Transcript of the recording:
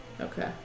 Okay